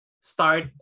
start